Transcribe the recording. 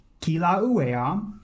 Kilauea